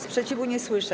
Sprzeciwu nie słyszę.